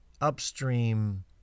upstream